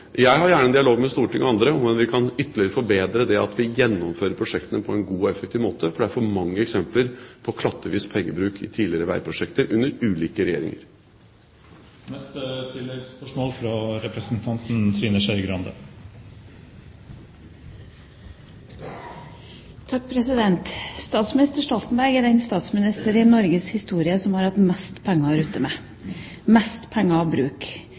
Jeg har gjerne en dialog med Stortinget og andre om hvordan vi ytterligere kan forbedre det at vi gjennomfører prosjektene på en god og effektiv måte, for det er for mange eksempler på klattvis pengebruk i tidligere veiprosjekter under ulike regjeringer. Trine Skei Grande – til oppfølgingsspørsmål. Statsminister Stoltenberg er den statsminister i Norges historie som har hatt mest penger å rutte med, mest penger